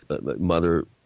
mother